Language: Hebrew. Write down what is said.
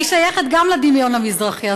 ואני שייכת גם לדמיון המזרחי,